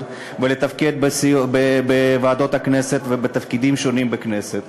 ולתפקד בוועדות הכנסת ובתפקידים שונים בכנסת,